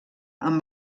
amb